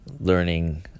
learning